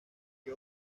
que